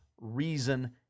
reason